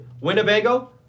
Winnebago